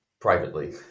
privately